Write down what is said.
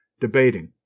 debating